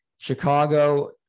Chicago